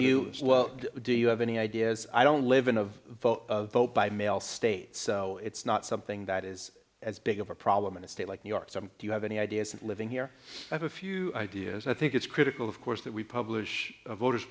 you well do you have any ideas i don't live in of the vote by mail state it's not something that is as big of a problem in a state like new york do you have any ideas of living here have a few ideas i think it's critical of course that we publish voters